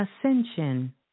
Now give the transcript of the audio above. ascension